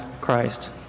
Christ